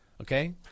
Okay